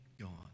gone